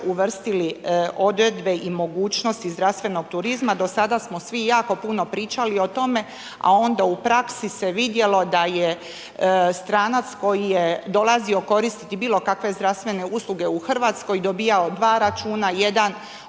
uvrstili odredbe i mogućnosti zdravstvenog turizma, do sada smo svi jako puno pričali o tome, a onda u praksi se vidjelo da je stranac koji je dolazio koristiti bilo kakve zdravstvene usluge u Hrvatskoj dobivao 2 računa, jedan